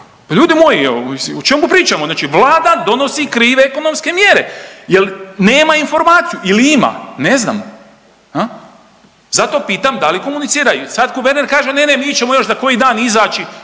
Ljudi moji, o čemu pričamo? Znači Vlada donosi krive ekonomske mjere jer nema informaciju ili ima, ne znam. Zato pitam da li komuniciraju i sad guverner kaže ne, ne, mi ćemo još za koji dan izaći